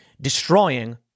destroying